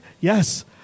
yes